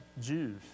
Jews